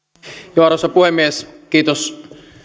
arvoisa puhemies kiitos